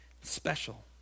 special